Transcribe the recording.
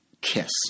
kiss